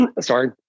sorry